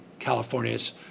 California's